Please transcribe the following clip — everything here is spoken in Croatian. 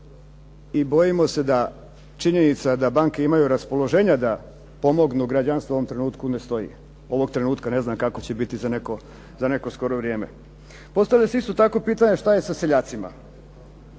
i bojimo se da činjenica da banke imaju raspoloženja da pomognu građanstvu u ovom trenutku ne stoji. Ovog trenutka ne znam kako će biti za neko skoro vrijeme. Postavlja se isto tako pitanje šta je sa seljacima